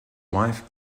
wife